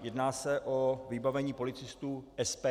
Jedná se o vybavení policistů SPJ.